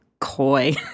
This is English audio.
Coy